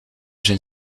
zijn